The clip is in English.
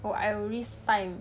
oh I risk time